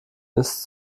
ist